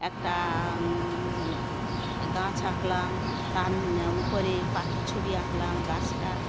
একটা গাছ আঁকলাম তার উপরে পাখির ছবি আঁকলাম গাছটা